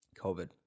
COVID